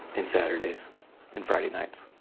and saturdays and friday nights.